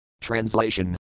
Translation